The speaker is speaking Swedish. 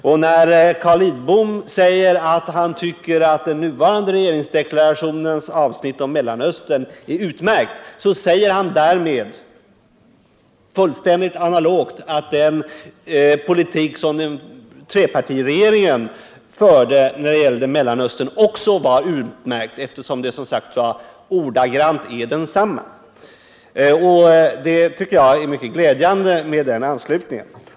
När därför Carl Lidbom säger att han tycker att den nuvarande regeringsdeklarationens avsnitt om Mellanöstern är utmärkt, så säger han fullständigt analogt därmed att den politik som trepartiregeringen förde när det gäller Mellanöstern också var utmärkt. Jag tycker det är mycket glädjande med den anslutningen.